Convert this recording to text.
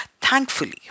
thankfully